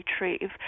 retrieve